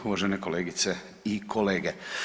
Uvažene kolegice i kolege.